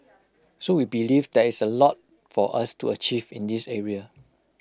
so we believe there is A lot for us to achieve in this area